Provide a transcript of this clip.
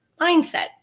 mindset